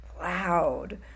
loud